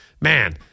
man